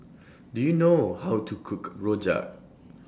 Do YOU know How to Cook Rojak